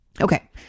Okay